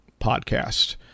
podcast